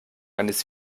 eines